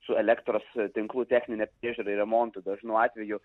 su elektros tinklų technine priežiūra ir remontu dažnu atveju